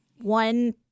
One